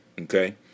Okay